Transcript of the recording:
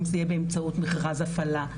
האם זה יהיה באמצעות מכרז הפעלה,